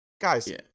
Guys